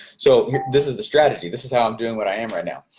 so this is the strategy. this is how i'm doing what i am right now.